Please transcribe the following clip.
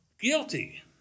guilty